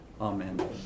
Amen